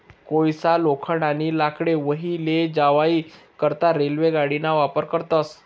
कोयसा, लोखंड, आणि लाकडे वाही लै जावाई करता रेल्वे गाडीना वापर करतस